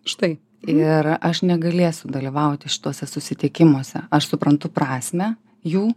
štai ir aš negalėsiu dalyvauti šituose susitikimuose aš suprantu prasmę jų